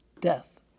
death